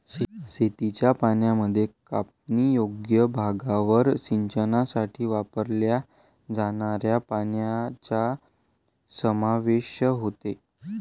शेतीच्या पाण्यामध्ये कापणीयोग्य भागावर सिंचनासाठी वापरल्या जाणाऱ्या पाण्याचा समावेश होतो